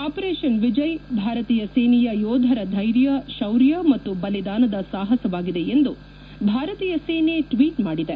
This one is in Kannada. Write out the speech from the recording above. ಆವರೇಷನ್ ವಿಜಯ್ ಭಾರತೀಯ ಸೇನೆಯ ಯೋಧರ ಧೈರ್ಯ ಶೌರ್ಯ ಮತ್ತು ಬಲಿದಾನದ ಸಾಹಸವಾಗಿದೆ ಎಂದು ಭಾರತೀಯ ಸೇನೆ ಟ್ವೀಟ್ ಮಾಡಿದೆ